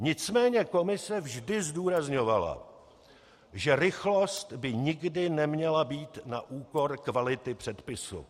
Nicméně Komise vždy zdůrazňovala, že rychlost by nikdy neměla být na úkor kvality předpisu.